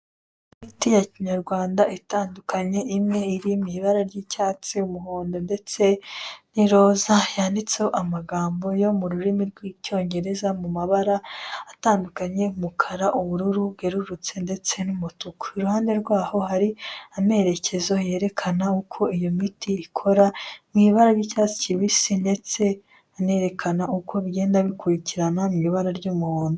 Umusaruro w'igihingwa cy'ibirayi, aho wahurijwe hamwe mu mufuka, ndetse ibi birarayi bikaba ari ibirayi bitukura, byera cyane ahantu h'ibishanga.